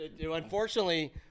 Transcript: Unfortunately